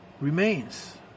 Remains